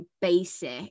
basic